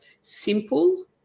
simple